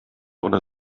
oder